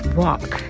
walk